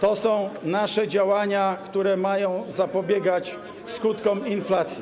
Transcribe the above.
To są nasze działania, które mają zapobiegać skutkom inflacji.